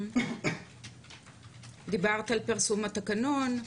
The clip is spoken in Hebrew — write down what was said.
דיברת על פרסום התקנון.